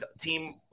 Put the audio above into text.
team –